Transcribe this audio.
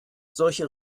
solche